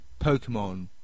Pokemon